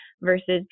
versus